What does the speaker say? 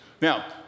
Now